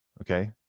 okay